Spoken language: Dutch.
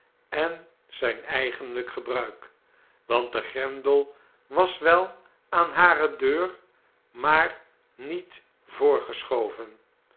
en zijn eigenlijk gebruik want de grendel was wel aan hare deur maar niet